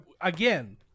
again